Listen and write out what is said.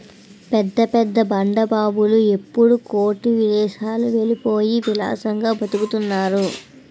పెద్ద పెద్ద బడా బాబులు అప్పుల కొట్టి విదేశాలకు వెళ్ళిపోయి విలాసంగా బతుకుతున్నారు